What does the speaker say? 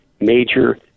major